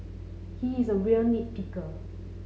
he is a real nit picker